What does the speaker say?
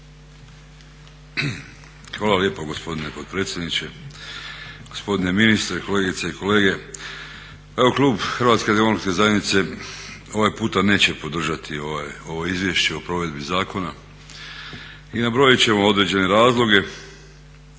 Hvala lijepa gospodine potpredsjedniče. Gospodine ministre, kolegice i kolege pa evo klub Hrvatske demokratske zajednice ovaj puta neće podržati ovo Izvješće o provedbi zakona i nabrojit ćemo određene razloge,